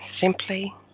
simply